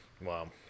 wow